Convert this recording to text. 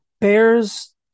Bears